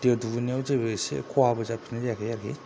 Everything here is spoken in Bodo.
दैयाव दुगैनायाव जेबो खहाबो जाफेरनाय जायाखै आरो